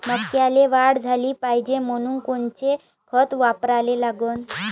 मक्याले वाढ झाली पाहिजे म्हनून कोनचे खतं वापराले लागन?